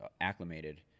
acclimated